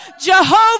Jehovah